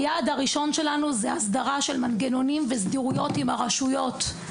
היעד הראשון שלנו זה הסדרה של מנגנונים וסדירויות עם הרשויות.